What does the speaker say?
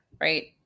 right